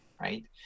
right